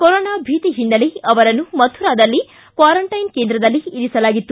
corona ಭೀತಿ ಹಿನ್ನೆಲೆ ಅವರನ್ನು ಮಥುರಾದಲ್ಲಿ ಕ್ವಾರಂಟೈನ್ ಕೇಂದ್ರದಲ್ಲಿ ಇರಿಸಲಾಗಿತ್ತು